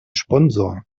sponsor